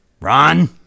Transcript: Ron